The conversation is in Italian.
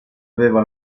aveva